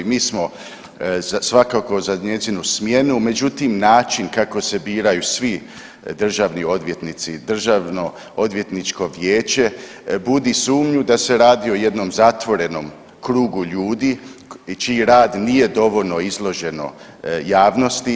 Mi smo svakako za njezinu smjenu, međutim način kako se biraju svi državni odvjetnici, Državno odvjetničko vijeće budi sumnju da se radi o jednom zatvorenom krugu ljudi, čiji rad nije dovoljno izloženo javnosti.